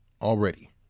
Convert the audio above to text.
Already